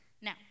now